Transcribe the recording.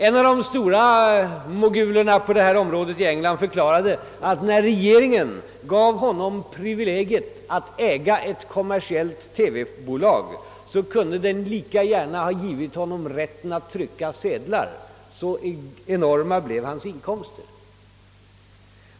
En av de stora mogulerna på detta område i England förklarade, att när regeringen gav honom privilegiet att äga ett kommersiellt TV-bolag, kunde den lika gärna ha givit honom rätten att trycka sedlar, ty så enorma blev hans inkomster.